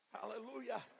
Hallelujah